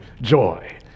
joy